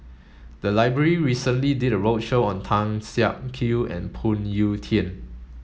the library recently did a roadshow on Tan Siak Kew and Phoon Yew Tien